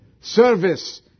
service